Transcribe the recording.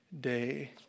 day